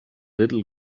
little